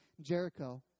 Jericho